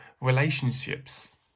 relationships